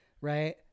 right